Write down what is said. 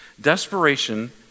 Desperation